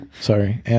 Sorry